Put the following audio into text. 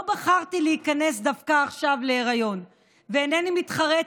לא בחרתי להיכנס דווקא עכשיו להיריון ואינני מתחרטת,